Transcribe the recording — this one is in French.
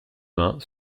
mains